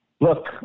Look